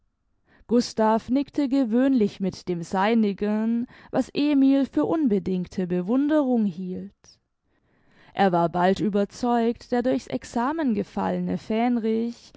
gustav nickte gewöhnlich mit dem seinigen was emil für unbedingte bewunderung hielt er war bald überzeugt der durch's examen gefallene fähndrich